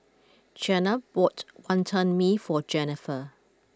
Chyna bought Wantan Mee for Jenifer